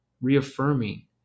reaffirming